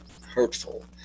hurtful